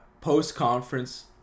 post-conference